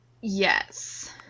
Yes